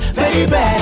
baby